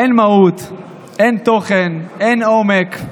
אין מהות, אין תוכן, אין עומק.